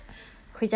oh